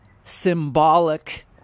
symbolic